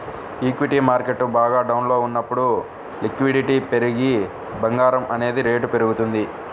equity market బాగా డౌన్లో ఉన్నప్పుడు లిక్విడిటీ పెరిగి బంగారం అనేది రేటు పెరుగుతుంది